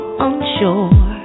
unsure